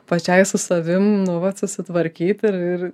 pačiai su savim nu vat susitvarkyti ir